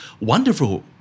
wonderful